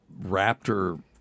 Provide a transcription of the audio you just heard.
raptor